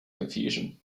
confusion